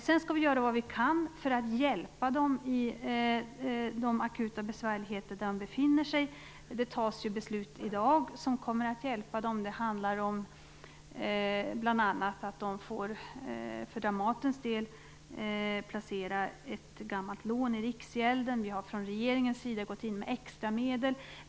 Sedan skall vi göra vad vi kan för att hjälpa dem i de akuta besvärligheter där de befinner sig. Det fattas beslut i dag som kommer att hjälpa dem. Det handlar bl.a. om för Dramatens del att man får placera ett gammalt lån i Riksgälden, och vi har från regeringens sida gått in med extramedel.